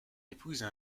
épouser